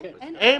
כן --- כן.